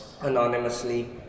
anonymously